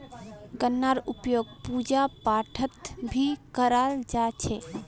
गन्नार उपयोग पूजा पाठत भी कराल जा छे